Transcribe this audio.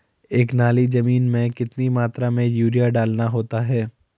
एक नाली जमीन में कितनी मात्रा में यूरिया डालना होता है?